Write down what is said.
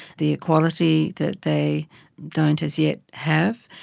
the equality that they don't as yet have,